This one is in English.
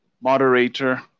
moderator